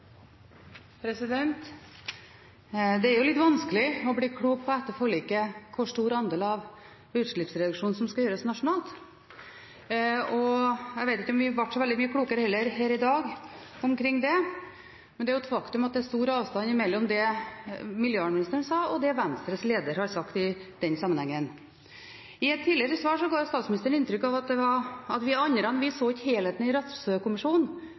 litt vanskelig å bli klok på – etter klimaforliket – hvor stor andel av utslippsreduksjonen som skal gjøres nasjonalt. Jeg vet heller ikke om vi har blitt så mye klokere her i dag når det gjelder det, men det er et faktum at det er stor avstand mellom det miljøvernministeren sa, og det Venstres leder har sagt i den sammenheng. I et tidligere svar ga statsministeren inntrykk av at vi andre ikke så helheten i